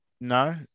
no